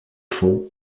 fond